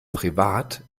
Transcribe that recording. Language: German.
privat